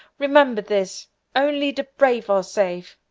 remember this only the brave are safe.